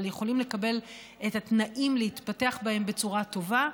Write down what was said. יכולים לקבל את התנאים להתפתח בהם בצורה טובה,